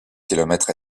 kilomètre